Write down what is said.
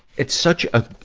it's such a,